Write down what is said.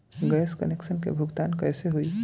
Gas connection के भुगतान कैसे होइ?